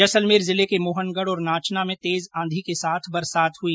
जैसलमेर जिले के मोहनगढ और नाचना में तेज आंधी के साथ बरसात हुई